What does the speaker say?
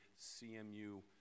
CMU